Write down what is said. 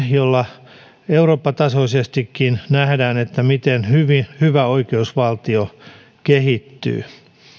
joilla eurooppa tasoisestikin nähdään miten hyvä oikeusvaltio kehittyy